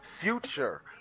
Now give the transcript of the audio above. future